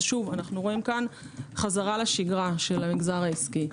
כלומר חזרה לשגרה של המגזר העסקי.